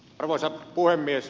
arvoisa puhemies